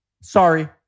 sorry